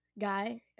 guy